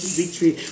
victory